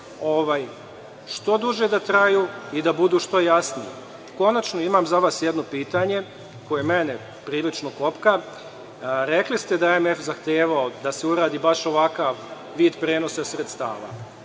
što duže traju i da budu što jasniji. Konačno, imam za vas jedno pitanje koje mene prilično kopka. Rekli ste da je MMF zahtevao da se uradi baš ovakav vid prenosa sredstava.